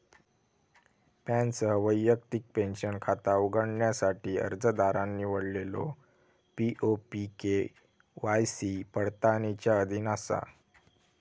पॅनसह वैयक्तिक पेंशन खाता उघडण्यासाठी अर्जदारान निवडलेलो पी.ओ.पी के.वाय.सी पडताळणीच्या अधीन असा